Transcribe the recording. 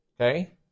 okay